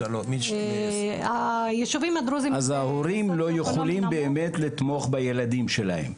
אז ההורים לא יכולים באמת לתמוך בילדים שלהם.